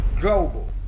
Global